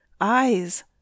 eyes